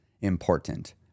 important